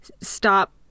Stop